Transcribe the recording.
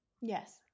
Yes